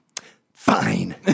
fine